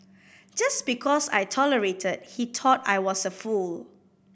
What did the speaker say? just because I tolerated he thought I was a fool